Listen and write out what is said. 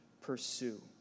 pursue